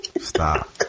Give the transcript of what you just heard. stop